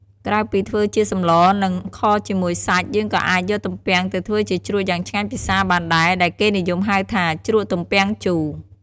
ក្រៅពីធ្វើជាសម្ល និង ខជាមួយសាច់ យើងក៏អាចយកទំពាំងទៅធ្វើជាជ្រក់យ៉ាងឆ្ងាញ់ពិសាបានដែរ ដែលគេនិយមហៅថា ជ្រក់ទំពាងជូរ។